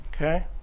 okay